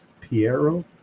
Piero